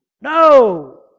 No